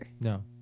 No